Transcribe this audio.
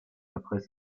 après